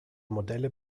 modelle